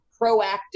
proactive